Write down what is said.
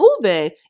moving